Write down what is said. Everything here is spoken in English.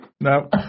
No